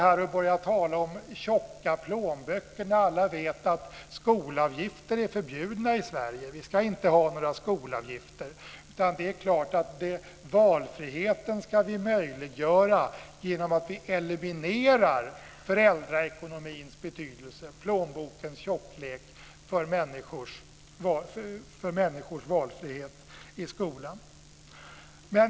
Man börjar tala om tjocka plånböcker när alla vet att skolavgifter är förbjudna i Sverige. Vi ska inte ha några skolavgifter. Valfriheten ska vi möjliggöra genom att vi eliminerar föräldraekonomins betydelse, plånbokens tjocklek, för människors valfrihet i skolan.